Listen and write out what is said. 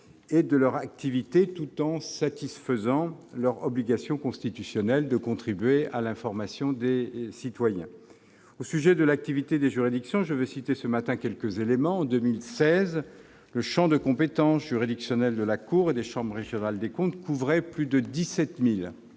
et de leur activité, tout en satisfaisant leur obligation constitutionnelle de contribuer à l'information des citoyens. Au sujet de l'activité des juridictions, je veux citer ce matin quelques éléments. En 2016, le champ de compétences juridictionnelles de la Cour et des chambres régionales des comptes couvrait plus de 17 000